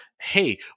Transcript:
hey